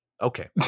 Okay